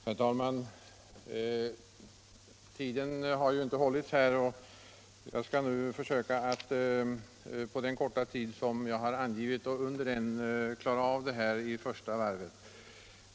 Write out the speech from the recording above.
Herr talman! De tider som talarna har antecknat sig för har inte hållits, men jag skall försöka att på den korta tid som jag har angivit klara av vad jag har att säga.